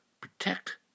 Protect